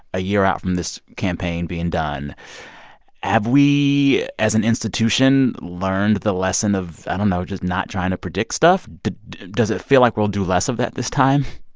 a year out from this campaign being done have we, as an institution, learned the lesson of, i don't know, just not trying to predict stuff? does does it feel like we'll do less of that this time?